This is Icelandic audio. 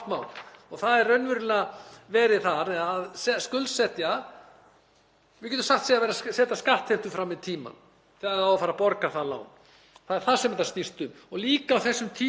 Það er það sem þetta snýst um. Á þessum tímum er líka mikil verðbólga. Við erum með 9,25% stýrivexti þannig að við verðum að ná verðbólgunni niður. Við verðum að fara varlega í það að dæla fé inn